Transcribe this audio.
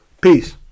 Peace